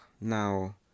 now